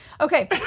Okay